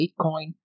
Bitcoin